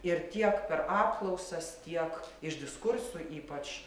ir tiek per apklausas tiek iš diskurso ypač